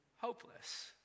hopeless